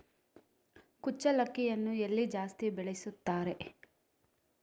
ಕುಚ್ಚಲಕ್ಕಿಯನ್ನು ಎಲ್ಲಿ ಜಾಸ್ತಿ ಬೆಳೆಸುತ್ತಾರೆ?